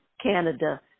Canada